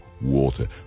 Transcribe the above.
water